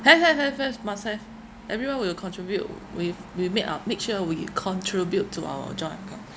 have have have have must have everyone will contribute with we make up make sure we contribute to our joint account